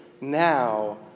now